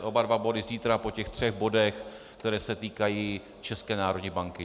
Oba dva body zítra po těch třech bodech, které se týkají České národní banky.